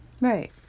Right